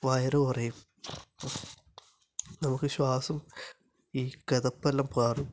വയറ് കുറയും നമുക്ക് ശ്വാസം ഈ കിതപ്പ് എല്ലാം മാറും